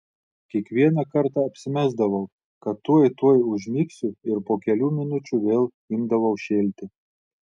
kiekvieną kartą apsimesdavau kad tuoj tuoj užmigsiu ir po kelių minučių vėl imdavau šėlti